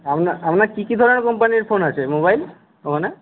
আপনার আপনার কি কি ধরণের কোম্পানির ফোন আছে মোবাইল ওখানে